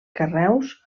carreus